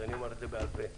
אז אני אומר את זה בעל פה.